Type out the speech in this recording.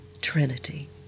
Trinity